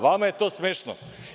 Vama je to smešno?